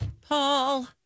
Paul